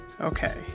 Okay